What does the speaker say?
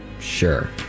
Sure